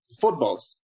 footballs